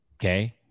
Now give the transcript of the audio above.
Okay